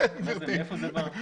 כן גברתי.